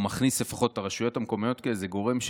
או מכניס לפחות את הרשויות המקומיות כאיזה גורם.